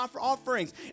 offerings